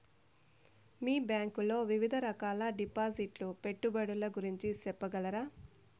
మీ bank లో వివిధ రకాల డిపాసిట్స్, పెట్టుబడుల గురించి సెప్పగలరా?